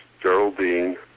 Geraldine